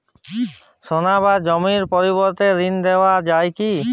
সোনা বা জমির পরিবর্তে ঋণ নেওয়া যায় কী?